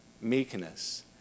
meekness